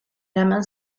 eraman